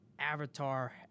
avatar